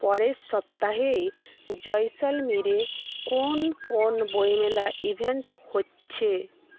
পরের সপ্তাহেই জয়সলমীরে কোন কোন বইমেলা ইভেন্ট হচ্ছে